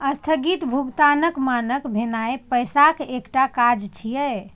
स्थगित भुगतानक मानक भेनाय पैसाक एकटा काज छियै